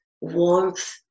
warmth